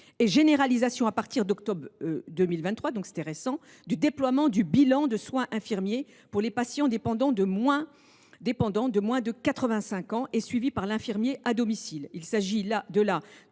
et généralisation, à partir d’octobre 2023 c’est tout récent , du déploiement du bilan de soins infirmiers pour les patients dépendants de moins de 85 ans et suivis par l’infirmier à domicile. Il s’agit là de la